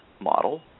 model